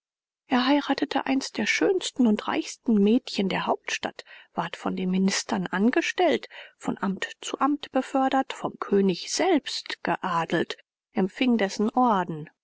er heiratete eins der schönsten und reichsten mädchen der hauptstadt ward von den ministern angestellt von amt zu amt befördert vom könig selbst geadelt empfing dessen orden